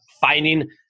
finding